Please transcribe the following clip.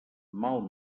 mal